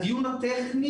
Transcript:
הדיון הטכני